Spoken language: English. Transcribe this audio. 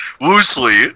Loosely